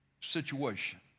situation